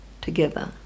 together